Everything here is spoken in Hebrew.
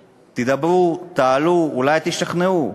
תדברו, תעלו, אולי תשכנעו.